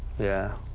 yeah,